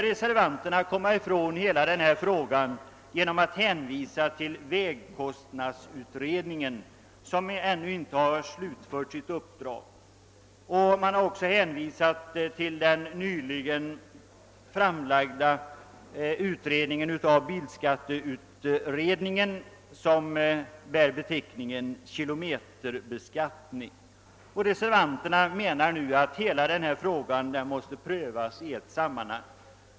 Reservanterna försöker avfärda detta problem genom att hänvisa till vägkostnadsutredningen som ännu inte har slutfört sitt uppdrag. Man åberopar också bilskatteutredningens nyligen framlagda betänkande som bär beteckningen Kilometerbeskattning. Reservanterna menar att hela denna fråga måste prövas i ett sammanhang.